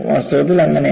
വാസ്തവത്തിൽ അങ്ങനെയാണ്